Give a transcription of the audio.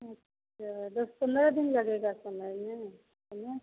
अच्छा दस पन्द्रह दिन लगेगा समय में है न